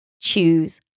choose